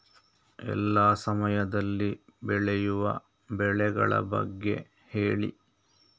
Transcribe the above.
ಎಲ್ಲಾ ಸಮಯದಲ್ಲಿ ಬೆಳೆಯುವ ಬೆಳೆಗಳ ಬಗ್ಗೆ ಹೇಳಿ